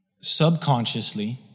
Subconsciously